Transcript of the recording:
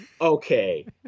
Okay